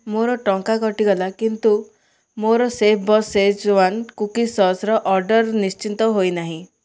ମୋର ଟଙ୍କା କଟିଗଲା କିନ୍ତୁ ମୋର ସେଫ୍ ବସ୍ ସେଜୁୱାନ୍ କୁକି ସସ୍ର ଅର୍ଡ଼ର୍ଟି ନିଶ୍ଚିନ୍ତ ହୋଇନାହିଁ